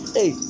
Hey